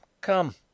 Come